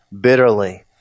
bitterly